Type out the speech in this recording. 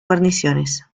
guarniciones